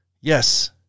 Yes